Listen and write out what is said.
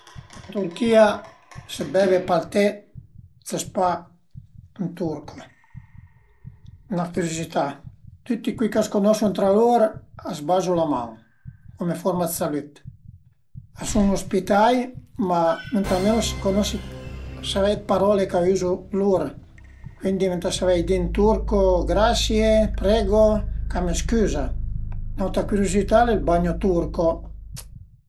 A m'piazìu da mat le espresiun d'algebra, rizolvi i problemi dë geometria e tüta la matematica ën general, a m'piazìa perché al era sempre 'na sfida për mi arivé al rizultato giüst e cula al era la sudisfasiun pi grosa